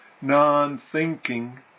non-thinking